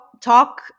talk